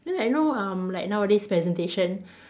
then like you know um like nowadays presentation